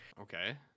Okay